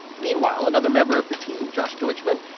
meanwhile, another member of the team, josh deutschmann,